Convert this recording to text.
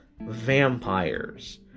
vampires